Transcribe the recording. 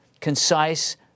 concise